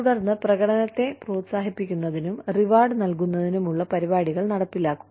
തുടർന്ന് പ്രകടനത്തെ പ്രോത്സാഹിപ്പിക്കുന്നതിനും റിവാർഡ് നൽകുന്നതിനുമുള്ള പരിപാടികൾ നടപ്പിലാക്കുക